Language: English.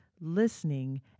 listening